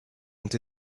ont